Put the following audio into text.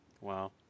Wow